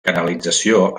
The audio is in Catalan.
canalització